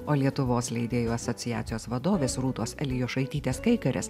o lietuvos leidėjų asociacijos vadovės rūtos elijošaitytės kaikaris